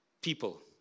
people